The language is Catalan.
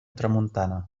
tramuntana